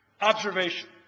observation